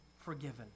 forgiven